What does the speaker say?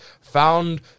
found